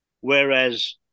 Whereas